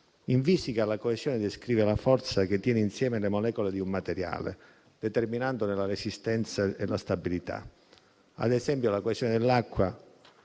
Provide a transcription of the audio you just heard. In fisica la coesione descrive la forza che tiene insieme le molecole di un materiale, determinandone la resistenza e la stabilità. Ad esempio, la coesione dell'acqua